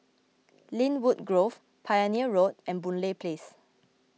Lynwood Grove Pioneer Road and Boon Lay Place